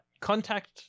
contact